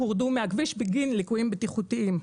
הורדו מהכביש בגין ליקויים בטיחותיים.